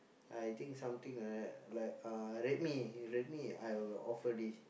I think something like like uh rate me you rate me I will offer this